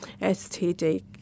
STD